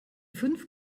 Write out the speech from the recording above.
fünf